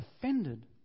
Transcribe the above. offended